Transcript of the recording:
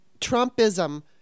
Trumpism